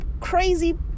crazy